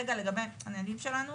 לגבי הנהלים שלנו,